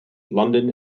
london